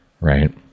right